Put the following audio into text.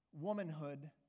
womanhood